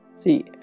See